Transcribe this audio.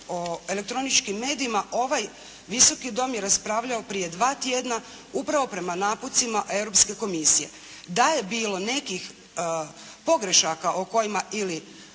o elektroničkim medijima ovaj Visoki dom je raspravljao prije dva tjedna upravo prema naputcima Europske komisije. Da je bilo nekih pogrešaka o kojima ili